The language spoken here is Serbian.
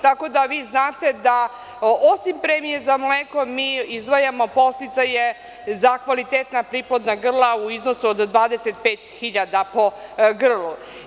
Tako da, vi znate osim premije za mleko, mi izdvajamo podsticaje za kvalitetna priplodna grla u iznosu 25.000 po grlu.